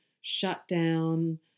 shutdown